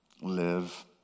live